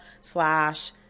slash